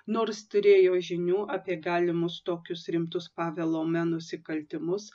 nors turėjo žinių apie galimus tokius rimtus pavelo me nusikaltimus